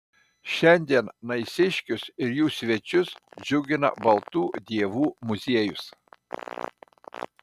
šiandien naisiškius ir jų svečius džiugina baltų dievų muziejus